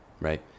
right